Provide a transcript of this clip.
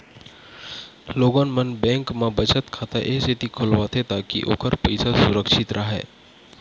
लोगन मन बेंक म बचत खाता ए सेती खोलवाथे ताकि ओखर पइसा सुरक्छित राहय